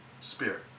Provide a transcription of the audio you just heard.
spirit